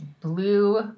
blue